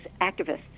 activists